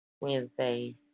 Wednesday